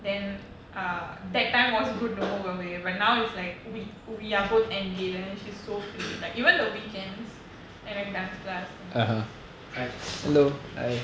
then err that time was good to move away but now it's like we we are both engaged and then she's so free like even the weekends and like dance class